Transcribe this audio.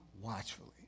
watchfully